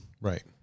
Right